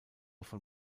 von